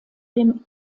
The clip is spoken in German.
dem